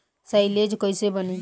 Silage कईसे बनी?